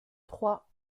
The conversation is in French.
trois